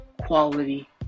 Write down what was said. quality